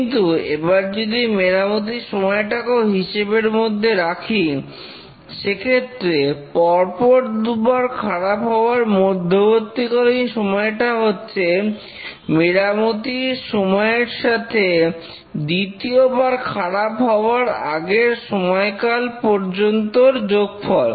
কিন্তু এবার যদি মেরামতির সময়টাকেও হিসেবের মধ্যে রাখি সেক্ষেত্রে পরপর দুবার খারাপ হবার মধ্যবর্তীকালীন সময়টা হচ্ছে মেরামতির সময়ের সাথে দ্বিতীয়বার খারাপ হওয়ার আগের সময়কাল পর্যন্তর যোগফল